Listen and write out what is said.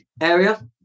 area